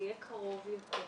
זה יהיה קרוב יותר,